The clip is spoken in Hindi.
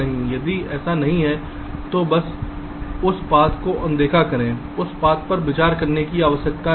यदि ऐसा नहीं है तो बस उस पाथ को अनदेखा करें उस पाथ पर विचार करने की आवश्यकता नहीं है